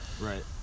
right